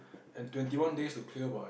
and twenty one days to clear by